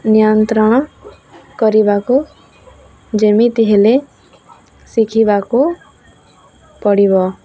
ନିୟନ୍ତ୍ରଣ କରିବାକୁ ଯେମିତି ହେଲେ ଶିଖିବାକୁ ପଡ଼ିବ